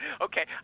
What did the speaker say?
Okay